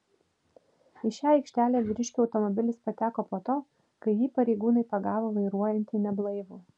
į šią aikštelę vyriškio automobilis pateko po to kai jį pareigūnai pagavo vairuojantį neblaivų